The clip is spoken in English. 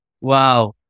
Wow